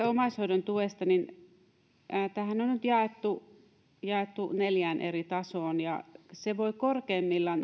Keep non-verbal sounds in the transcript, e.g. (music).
(unintelligible) omaishoidon tuesta tämähän on on nyt jaettu jaettu neljään eri tasoon ja se voi korkeimmillaan